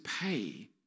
pay